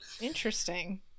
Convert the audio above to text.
interesting